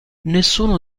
nessuno